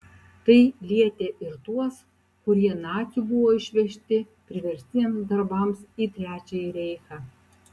tai lietė ir tuos kurie nacių buvo išvežti priverstiniams darbams į trečiąjį reichą